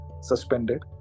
suspended